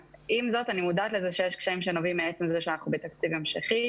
אני מודעת לזה שיש קשיים שנובעים מעצם זה שאנחנו בתקציב המשכי